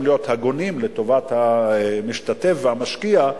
להיות הגונים לטובת המשתתף והמשקיע,